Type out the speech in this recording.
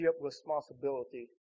responsibility